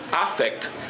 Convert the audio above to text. affect